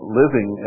living